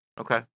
Okay